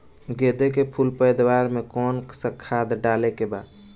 गेदे के फूल पैदवार मे काउन् सा खाद डाले के बा?